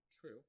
True